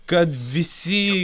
kad visi